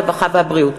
הרווחה והבריאות.